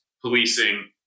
policing